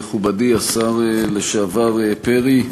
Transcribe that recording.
מכובדי השר לשעבר פרי,